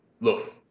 Look